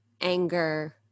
anger